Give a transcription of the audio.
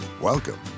Welcome